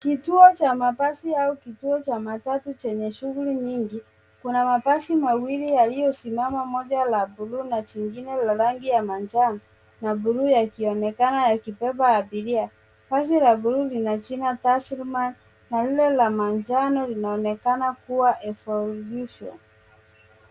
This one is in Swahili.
Kituo cha mabasi au kituo cha matatu chenye shughuli nyingi kuna mabasi mawili yaliyosimama moja la bluu na jingine la rangi ya manjano na bluu yakionekana yakibeba abiria. Basi la bluu lina jina Talisman na lile la manjano linaonekana kuwa Evolution .